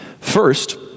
First